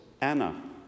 Anna